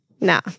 No